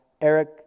Eric